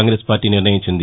Congress party నిర్ణయించింది